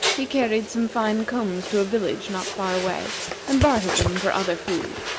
he carried some fine combs to a village not far away and bartered them for other food.